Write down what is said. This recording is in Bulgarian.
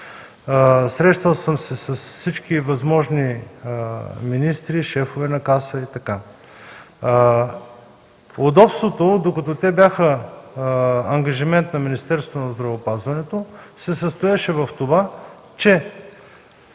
Срещал съм се с всички възможни министри и шефове на каси. Удобството, докато те бяха ангажимент на Министерството на здравеопазването, се състоеше в това, че